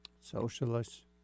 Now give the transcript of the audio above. socialist